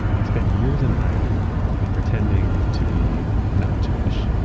he spends years in hiding pretending to be not jewish.